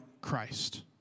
Christ